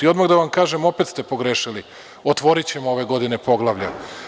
Odmah da vam kažem, opet ste pogrešili, otvorićemo ove godine poglavlje.